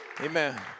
Amen